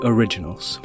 Originals